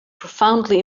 profoundly